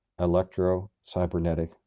electrocybernetic